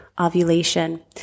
ovulation